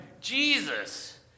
Jesus